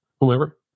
whomever